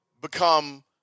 become